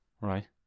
Right